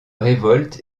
révolte